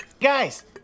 Guys